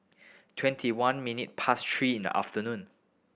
twenty one minutes past three in the afternoon